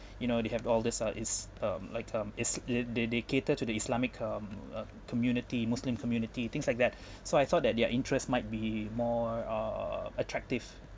you know they have all this is uh is um like um is they they cater to the islamic um uh community muslim community things like that so I thought that their interests might be more uh attractive